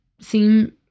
seem